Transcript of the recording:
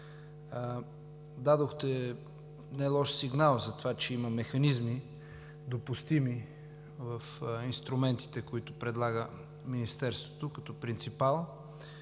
Дадохте нелош сигнал за това, че има механизми, допустими в инструментите, които предлага Министерството като принципал.